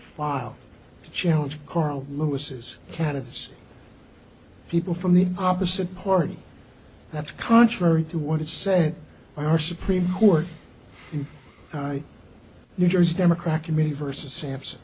while challenged carl lewis's candidates people from the opposite party that's contrary to what is said by our supreme court new jersey democrat committee versus sampson